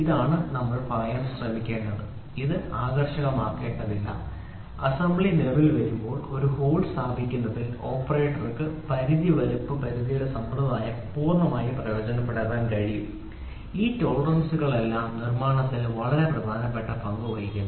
ഇതാണ് നമ്മൾ പറയാൻ ശ്രമിക്കുന്നത് ഇത് ആകർഷകമാകേണ്ടതില്ല അസംബ്ലി നിലവിൽ വരുമ്പോൾ ഒരു ഹോൾ സ്ഥാപിക്കുന്നതിൽ ഓപ്പറേറ്റർക്ക് പരിധി വലുപ്പ പരിധിയുടെ സമ്പ്രദായം പൂർണ്ണമായി പ്രയോജനപ്പെടുത്താൻ കഴിയും ഈ ടോളറൻസ്കളെല്ലാം നിർമ്മാണത്തിൽ വളരെ പ്രധാനപ്പെട്ട പങ്ക് വഹിക്കുന്നു